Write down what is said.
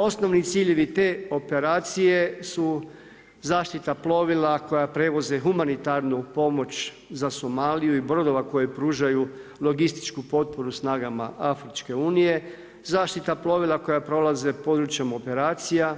Osnovni ciljevi te operacije su zaštita plovila koja prevoze humanitarnu pomoć za Somaliju i brodova koje pružaju logističku potporu snagama afričke unije, zaštita plovila koja prolaze područjem operacija